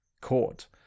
court